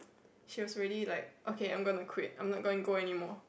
she was really like okay I'm gonna quit I'm not going go anymore